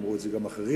ואמרו את זה גם אחרים.